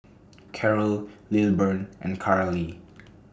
Carrol Lilburn and Karly